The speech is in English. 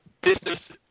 business